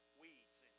weeds